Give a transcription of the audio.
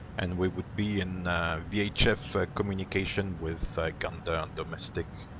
and we would be in vhf communication with gander domestic.